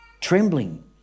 Trembling